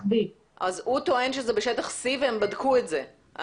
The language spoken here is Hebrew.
B. הוא טוען שזה בשטח C והם בדקו את זה.